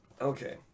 Okay